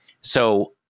So-